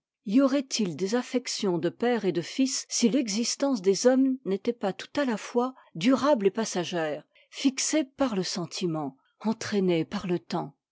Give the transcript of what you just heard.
y aurait-il des affections de père et de fils si l'existence des hommes n'était pas tout à la fois durable et passagère fixée par le sentiment entraînée par le temps